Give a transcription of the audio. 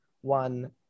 one